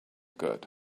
good